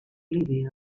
lived